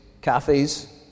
cafes